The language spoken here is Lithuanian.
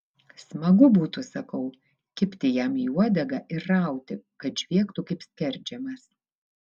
smagu būtų sakau kibti jam į uodegą ir rauti kad žviegtų kaip skerdžiamas